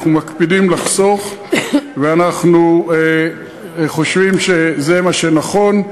אנחנו מקפידים לחסוך, ואנחנו חושבים שזה נכון.